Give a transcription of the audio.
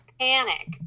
panic